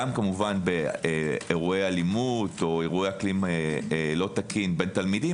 גם באירועי אלימות או באירועי אקלים לא תקין בתלמידים